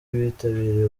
bitabiriye